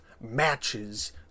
matches